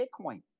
Bitcoin